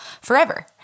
forever